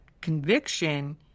conviction